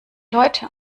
leute